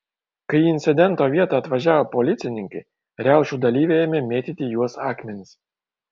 kai į incidento vietą atvažiavo policininkai riaušių dalyviai ėmė mėtyti į juos akmenis